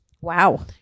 Wow